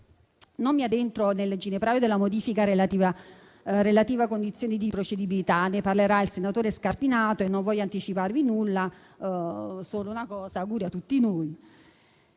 Non mi addentro nel ginepraio della modifica relativa alle condizioni di procedibilità; ne parlerà il senatore Scarpinato, non voglio anticiparvi nulla, ma dico solo: auguri a tutti noi.